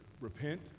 repent